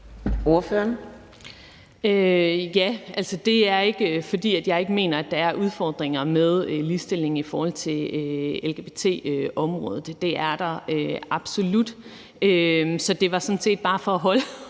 (V): Altså, det er ikke, fordi jeg ikke mener, at der er udfordringer med ligestilling i forhold til lgbt-området. Det er der absolut. Så det var sådan set bare for at holde